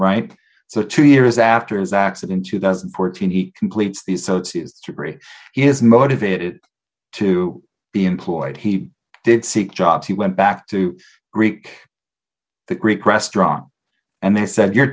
right so two years after his accident two thousand and fourteen he completes the associate's degree he is motivated to be employed he did seek jobs he went back to greek the greek restaurant and they said you're